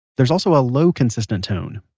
there's also a low consistent tone.